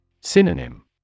Synonym